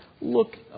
Look